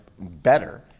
better